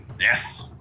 Yes